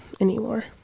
anymore